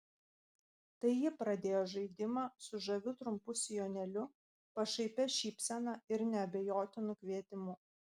tai ji pradėjo žaidimą su žaviu trumpu sijonėliu pašaipia šypsena ir neabejotinu kvietimu